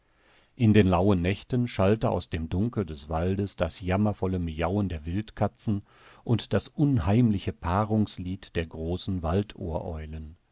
in den lauen nächten schallte aus dem dunkel des waldes das jammervolle miauen der wildkatzen und das unheimliche paarungslied der großen